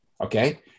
okay